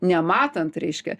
nematant reiškia